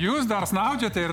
jūs dar snaudžiate ir